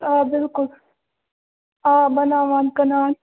آ بِلکُل آ بَناوان کٕنان